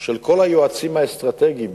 של כל היועצים האסטרטגיים